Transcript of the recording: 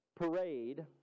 parade